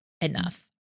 enough